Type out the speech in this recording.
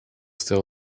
still